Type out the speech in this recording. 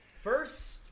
First